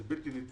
זה בלתי נתפס.